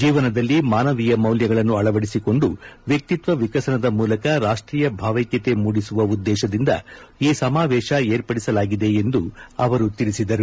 ಜೀವನದಲ್ಲಿ ಮಾನವೀಯ ಮೌಲ್ಯಗಳನ್ನು ಅಳವಡಿಸಿಕೊಂಡು ವ್ಯಕ್ತಿತ್ವ ವಿಕಸನದ ಮೂಲಕ ರಾಷ್ವೀಯ ಭಾವೈಕ್ಕತೆ ಮೂಡಿಸುವ ಉದ್ದೇಶದಿಂದ ಈ ಸಮಾವೇಶ ವಿರ್ಪಡಿಸಲಾಗಿದೆ ಎಂದು ಹೇಳಿದರು